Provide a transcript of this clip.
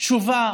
תשובה